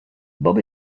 bob